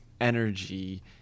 energy